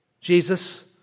Jesus